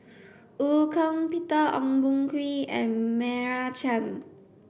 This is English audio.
Eu Kong Peter Ong Boon Kwee and Meira Chand